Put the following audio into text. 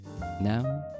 Now